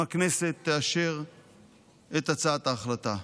אם הכנסת תאשר את הצעת ההחלטה.